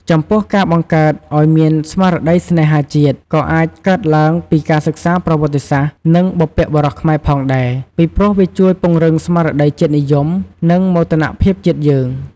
ចំពោះការបង្កើតឲ្យមានស្មារតីស្នេហាជាតិ ក៏អាចកើតឡើងពីការសិក្សាប្រវត្តិសាស្រ្ត និងបុព្វបុរសខ្មែរផងដែរ ពីព្រោះវាជួយពង្រឹងស្មារតីជាតិនិយម និងមោទនភាពជាតិយើង។